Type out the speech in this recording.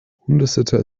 hundesitter